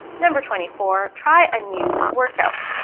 number twenty four try a new workout!